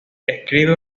escribe